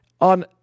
on